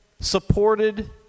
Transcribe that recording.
supported